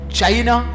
China